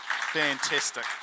Fantastic